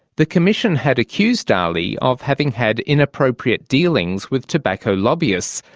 the commission had accused dalli of having had inappropriate dealings with tobacco lobbyists,